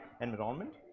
environment